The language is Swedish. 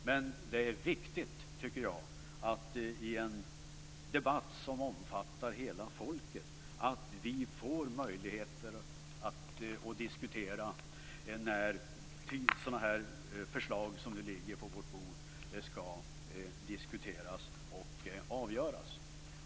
Men jag tycker att det är viktigt att vi i en debatt som omfattar hela folket får möjligheter att diskutera när den här typen av förslag som nu ligger på vårt bord skall avgöras.